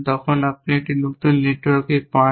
তখন আপনি একটি নতুন নেটওয়ার্ক পান